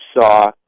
saw